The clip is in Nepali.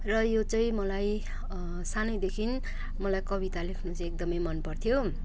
र यो चाहिँ मलाई सानैदेखि मलाई कविता लेख्नु चाहिँ एकदमै मनपर्थ्यो